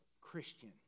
Christian